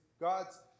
God's